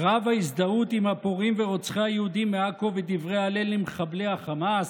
קרב ההזדהות עם הפורעים ורוצחי היהודים מעכו ודברי הלל למחבלי החמאס?